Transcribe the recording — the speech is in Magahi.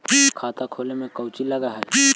खाता खोले में कौचि लग है?